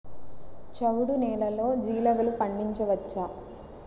చవుడు నేలలో జీలగలు పండించవచ్చా?